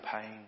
pain